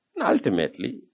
Ultimately